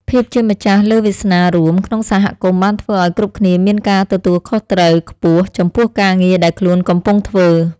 ភាពជាម្ចាស់លើវាសនារួមក្នុងសហគមន៍បានធ្វើឱ្យគ្រប់គ្នាមានការទទួលខុសត្រូវខ្ពស់ចំពោះការងារដែលខ្លួនកំពុងធ្វើ។